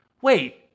wait